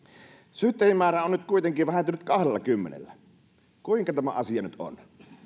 syyttäjien määrä on nyt kuitenkin vähentynyt kahdellakymmenellä kuinka tämä asia nyt on